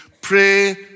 Pray